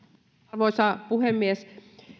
arvoisa puhemies